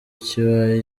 kibaye